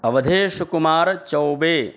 Awadhesh Kumar Choubey